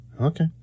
Okay